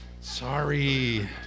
Sorry